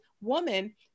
woman